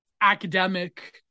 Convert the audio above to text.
academic